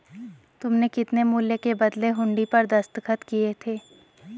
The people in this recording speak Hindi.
तुमने कितने मूल्य के बदले हुंडी पर दस्तखत किए थे?